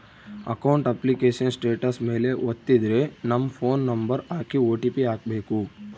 account application status ಮೇಲೆ ವತ್ತಿದ್ರೆ ನಮ್ ಫೋನ್ ನಂಬರ್ ಹಾಕಿ ಓ.ಟಿ.ಪಿ ಹಾಕ್ಬೆಕು